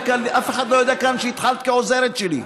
אף אחד כאן לא יודע שהתחלת כעוזרת שלי,